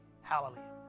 Hallelujah